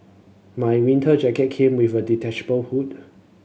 my winter jacket came with a detachable hood